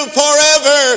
forever